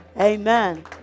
Amen